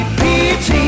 pt